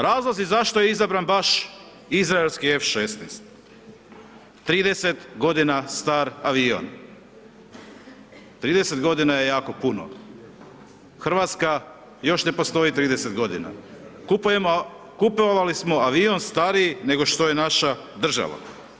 Razlozi zašto je izabran baš izraelski F-16, 30 godina star avion, 30 godina je jako puno, RH ne postoji još 30 godina, kupovali smo avion stariji nego što je naša država.